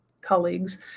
colleagues